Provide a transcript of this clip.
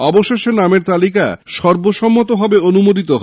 অবশেষে নামের তালিকা সর্বসম্মতভাবে অনুমোদিত হয়